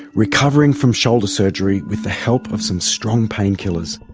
recovering from shoulder surgery with the help of some strong painkillers.